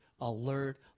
alert